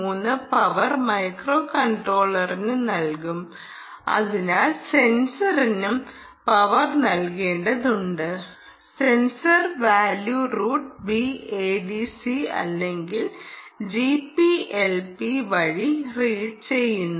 3 power micro കൺട്രോളറിനു നൽകും അതിനാൽ സെൻസറിനും പവർ നൽകേണ്ടതുണ്ട് sensor value route B ADC അല്ലെങ്കിൽ ജിപിഎൽപി വഴി റീഡ് ചെയ്യുന്നു